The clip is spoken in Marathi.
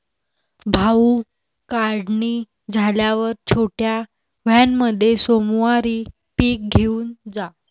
भाऊ, काढणी झाल्यावर छोट्या व्हॅनमध्ये सोमवारी पीक घेऊन जा